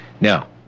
Now